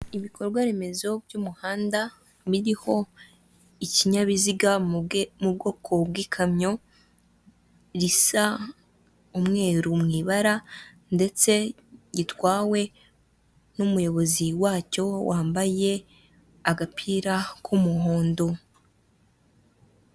Ibikorwa remezo by'umuhanda biriho ikinyabiziga mu bwoko bw'ikamyo risa umweru mubara ndetse gitwawe n'umuyobozi wacyo wambaye agapira k'umuhondo.